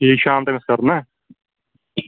ٹھیٖک شام تام اوس کرُن نا